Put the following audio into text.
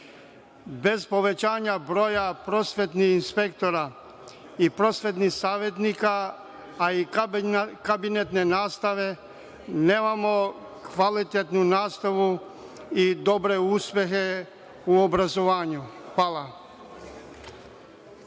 Bez povećanja broja prosvetnih inspektora i prosvetnih savetnika, a i kabinetne nastave, nemamo kvalitetnu nastavu i dobre uspehe u obrazovanju. Hvala.